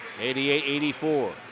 88-84